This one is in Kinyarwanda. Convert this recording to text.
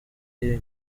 y’iyi